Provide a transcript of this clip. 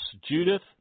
Judith